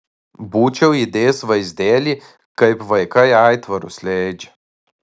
būčiau įdėjęs vaizdelį kaip vaikai aitvarus leidžia